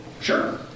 Sure